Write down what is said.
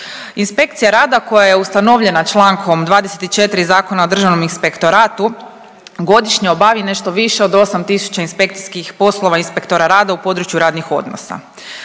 Inspekcija rada koja je ustanovljena čl. 24. Zakona o državnom inspektoratu godišnje obavi nešto više od 8 tisuća inspekcijskih poslova inspektora rada u području radnih odnosa.